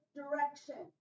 direction